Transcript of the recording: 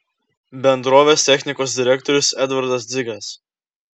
bendrovės technikos direktorius edvardas dzigas